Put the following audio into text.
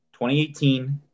2018